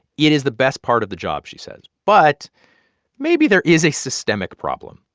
it is the best part of the job, she says. but maybe there is a systemic problem.